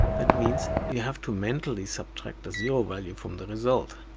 that means you have to mentally subtract the zero value from the result.